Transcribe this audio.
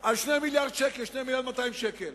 על 2 מיליארדי שקל, 2 מיליארד 200 שקל.